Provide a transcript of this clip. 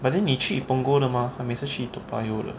but then 你去 punggol 的 mah 他每次去 toa payoh 的